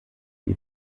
die